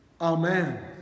Amen